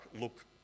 look